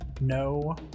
No